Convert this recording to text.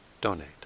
donate